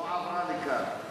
לא עברה לכאן.